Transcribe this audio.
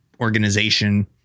organization